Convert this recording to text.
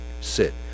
sit